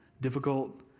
difficult